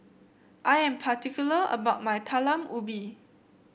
I am particular about my Talam Ubi